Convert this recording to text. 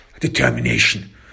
determination